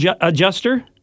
adjuster